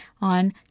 on